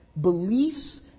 beliefs